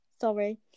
Sorry